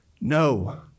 no